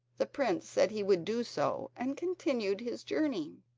the prince said he would do so, and continued his journey.